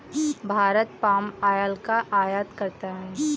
Bharat palm oil का आयात करता है